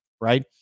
right